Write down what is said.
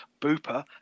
booper